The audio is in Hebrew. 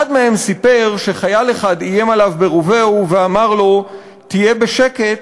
אחד מהם סיפר שחייל אחד איים עליו ברובהו ואמר לו: תהיה בשקט,